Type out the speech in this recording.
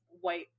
white